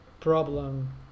problem